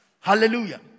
Hallelujah